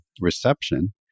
reception